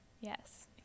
yes